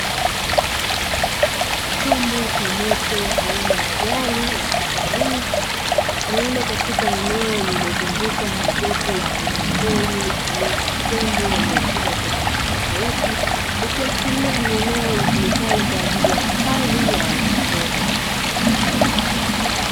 Chombo cha moto aina ya gari la kitalii, lillilo katika eneo lililozungukwa na jopo la wanyama pori aina ya tembo wenye ukubwa tofauti tofauti, ikiashiria ni eneo linalotumika kwa ajili ya uhifadhi wa wanyama pori.